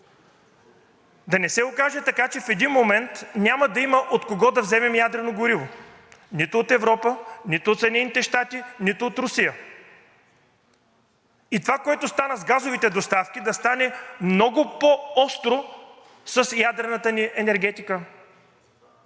Да не се окаже така, че в един момент няма да има от кого да вземем ядрено гориво – нито от Европа, нито от Съединените щати, нито от Русия. И това, което стана с газовите доставки, да стане много по-остро с ядрената ни енергетика.